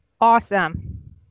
Awesome